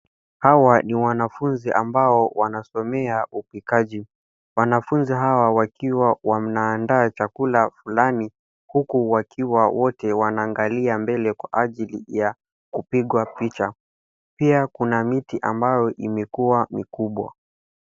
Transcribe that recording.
Hawa ni wanafunzi ambao wanasomea upikaji. Wanafunzi hawa wakiwa wa wanandaa chakula fulani huku wakiwa wote wanaangalia mbele kwa ajili ya kupigwa picha. Pia kuna miti ambayo imekuwa mikubwa.